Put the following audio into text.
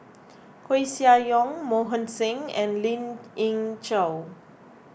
Koeh Sia Yong Mohan Singh and Lien Ying Chow